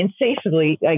insatiably